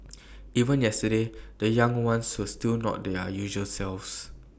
even yesterday the young ones so still not their usual selves